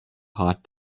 hot